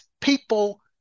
people